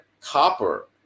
copper